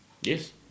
Yes